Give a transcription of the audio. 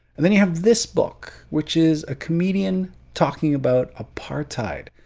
and then you have this book which is a comedian talking about apartheid.